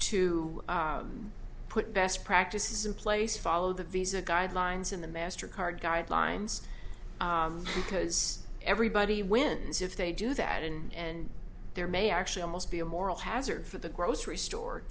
to put best practices in place follow the visa guidelines in the master card guidelines because everybody wins if they do that and there may actually almost be a moral hazard for the grocery store